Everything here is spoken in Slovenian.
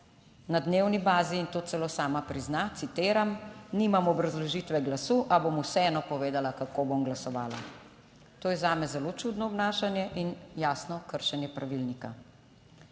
na dnevni bazi in to celo sama prizna. Citiram: "Nimam obrazložitve glasu, a bom vseeno povedala, kako bom glasovala". To je zame zelo čudno obnašanje in jasno kršenje pravilnika.